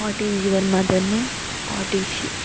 what is your mother name what is she